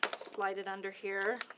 slide it under here.